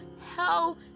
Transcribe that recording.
hell